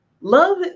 Love